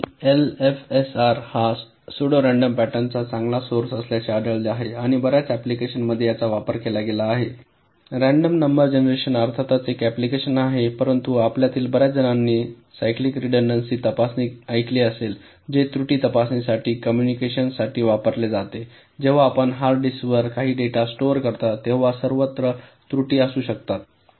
आणि एलएफएसआर हा pseudo random पॅटर्नचा चांगला सोर्स असल्याचे आढळले आहे आणि बर्याच अँप्लिकेशनमध्ये याचा वापर केला गेला आहे रँडम नंबर जनरेशन अर्थातच एक अँप्लिकेशन आहे परंतु आपल्यातील बर्याच जणांनी सायक्लीक रिडंडंसी तपासणी ऐकली असेल जे त्रुटी तपासणीसाठी कॉम्युनिकेशन साठी वापरले जाते जेव्हा आपण हार्ड डिस्कवर काही डेटा स्टोअर करता तेव्हा सर्वत्र त्रुटी असू शकतात